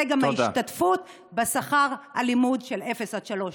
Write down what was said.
גם מההשתתפות בשכר הלימוד של אפס עד שלוש.